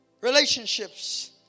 Relationships